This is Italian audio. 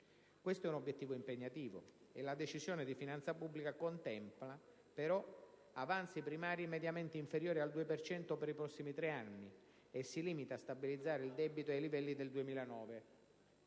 Questo è un obiettivo impegnativo, e la Decisione di finanza pubblica contempla però avanzi primari mediamente inferiori al 2 per cento per i prossimi tre anni e si limita a stabilizzare il debito ai livelli del 2009,